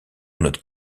not